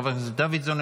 חבר הכנסת דוידסון,